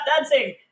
dancing